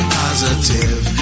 positive